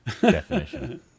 definition